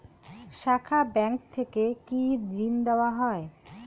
শাখা ব্যাংক থেকে কি ঋণ দেওয়া হয়?